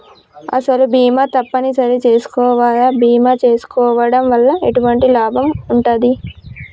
అసలు బీమా తప్పని సరి చేసుకోవాలా? బీమా చేసుకోవడం వల్ల ఎటువంటి లాభం ఉంటది?